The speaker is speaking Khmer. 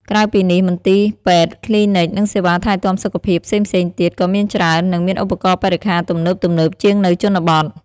ក្រៅពីនេះ មន្ទីរពេទ្យ គ្លីនិក និងសេវាថែទាំសុខភាពផ្សេងៗទៀត ក៏មានច្រើន និងមានឧបករណ៍បរិក្ខារទំនើបៗជាងនៅជនបទ។